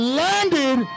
landed